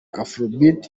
afrobeat